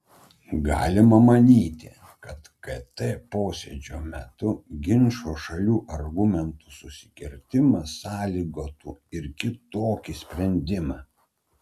galima manyti kad kt posėdžio metu ginčo šalių argumentų susikirtimas sąlygotų ir kitokį sprendimą